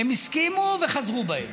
הם הסכימו וחזרו בהם.